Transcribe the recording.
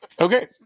Okay